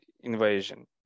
invasion